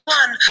one